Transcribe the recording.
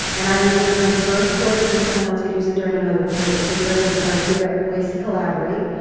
and i use it during the first quarter, then someone else could use it during another quarter. so we are going to try to figure out ways to collaborate.